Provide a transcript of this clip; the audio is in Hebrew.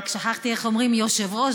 רק שכחתי איך אומרים "יושב-ראש",